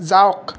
যাওক